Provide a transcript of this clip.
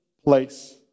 place